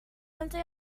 altre